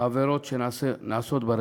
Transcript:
העבירות שנעשות ברשת.